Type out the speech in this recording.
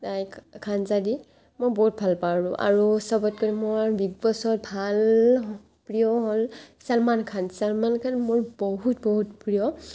তাইক খানযা দি মোৰ বহুত ভাল পাওঁ আৰু আৰু চবতকৰি মোৰ বিগ বছত ভাল প্ৰিয় হ'ল ছালমান খান ছালমান খান মোৰ বহুত বহুত প্ৰিয়